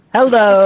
Hello